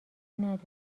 نداره